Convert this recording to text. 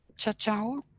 so chaoao?